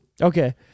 Okay